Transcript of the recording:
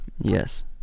yes